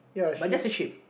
but just a sheep